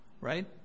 right